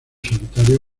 solitario